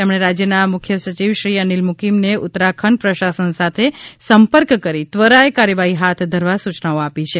તેમણે રાજયના મુખ્ય સચિવશ્રી અનીલ મુકીમને ઉત્તરાખંડ પ્રશાસન સાથે સંપર્ક કરી ત્વરાએ કાર્યવાહી હાથ ધરવા સુયનાઓ આપી છે